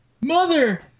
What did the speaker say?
Mother